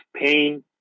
pain